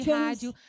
rádio